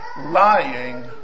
lying